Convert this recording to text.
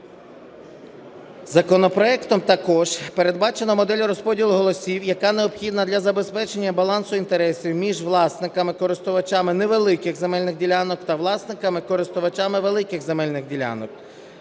Законопроектом також передбачена модель розподілу голосів, яка необхідна для забезпечення балансу інтересів між власниками (користувачами) невеликих земельних ділянок та власниками (користувачами) великих земельних ділянок,